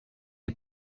est